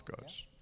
goes